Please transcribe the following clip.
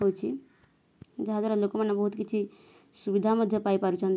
ହେଉଛି ଯାହାଦ୍ୱାରା ଲୋକମାନେ ବହୁତ କିଛି ସୁବିଧା ମଧ୍ୟ ପାଇ ପାରୁଛନ୍ତି